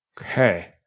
Okay